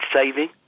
saving